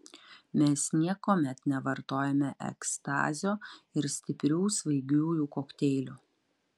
mes niekuomet nevartojome ekstazio ir stiprių svaigiųjų kokteilių